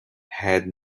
had